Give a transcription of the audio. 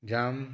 जाम